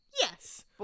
Yes